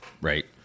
right